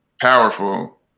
powerful